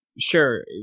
Sure